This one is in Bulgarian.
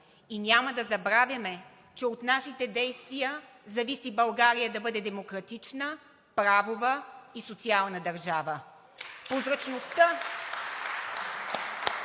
и няма да забравяме, че от нашите действия зависи България да бъде демократична, правова и социална държава.